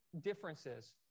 differences